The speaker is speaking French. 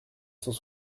cent